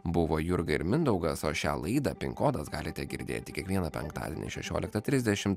buvo jurga ir mindaugas o šią laidą pin kodas galite girdėti kiekvieną penktadienį šešioliktą trisdešimt